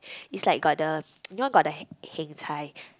it's like got the you know got the heng-chai